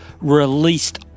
released